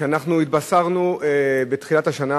כשבתחילת השנה